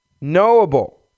knowable